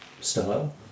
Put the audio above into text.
style